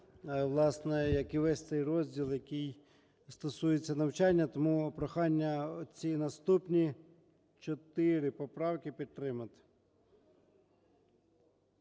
власне, як і весь цей розділ, який стосується навчання. Тому прохання ці наступні 4 поправки підтримати.